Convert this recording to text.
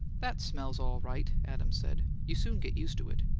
that smell's all right, adams said. you soon get used to it.